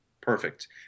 Perfect